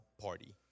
party